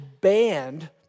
banned